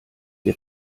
wir